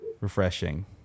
refreshing